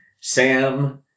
Sam